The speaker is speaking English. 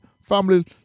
Family